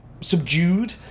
subdued